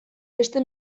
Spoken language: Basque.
beste